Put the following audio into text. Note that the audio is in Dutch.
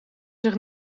zich